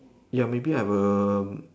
ya maybe I will